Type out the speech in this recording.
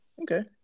Okay